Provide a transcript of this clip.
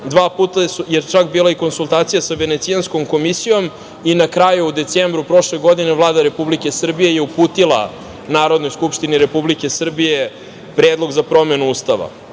Dva puta je čak bila i konsultacija sa Venecijanskom komisijom i na kraju, u decembru prošle godine, Vlada Republike Srbije je uputila Narodnoj skupštini Republike Srbije Predlog za promenu Ustava. Bez